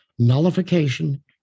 nullification